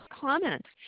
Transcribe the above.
comments